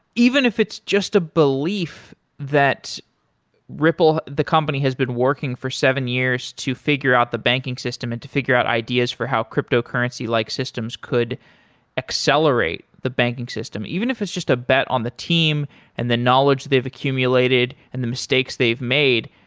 even if it's just a belief that ripple, the company, has been working for seven years to figure out the banking system and to figure out ideas for how cryptocurrency-like systems could accelerate the banking system. even if it's just a bet on the team and the knowledge they've accumulated and the mistakes they've made,